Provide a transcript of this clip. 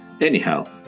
anyhow